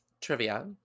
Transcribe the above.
Trivia